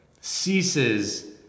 ceases